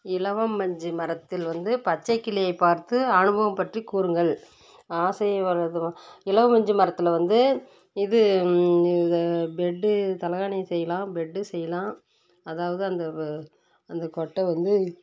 இலவம் பஞ்சு மரத்தில் வந்து பச்சைக்கிளியை பார்த்தஅனுபவம் பற்றி கூறுங்கள் ஆசையை வளர்க்குறோம் இலவம் பஞ்சு மரத்தில் வந்து இது இதை பெட்டு தலைகாணி செய்யலாம் பெட்டு செய்யலாம் அதாவது அந்த அந்த கொட்டை வந்து